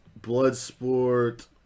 bloodsport